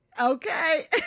Okay